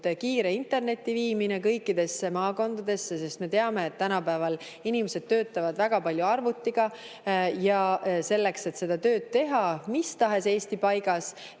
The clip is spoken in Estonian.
kiire interneti viimine kõikidesse maakondadesse, sest me teame, et tänapäeval töötatakse väga palju arvutiga, ja selleks, et seda tööd mis tahes Eesti paigas